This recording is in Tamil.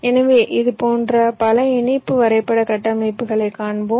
எனவே இதுபோன்ற பல இணைப்பு வரைபட கட்டமைப்புகளைக் காண்போம்